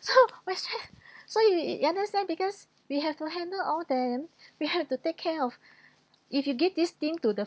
so we can't so you you understand because we have to handle all them we have to take care of if you give this thing to the